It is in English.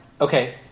okay